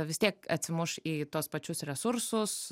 vis tiek atsimuš į tuos pačius resursus